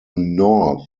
north